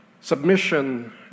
submission